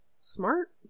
smart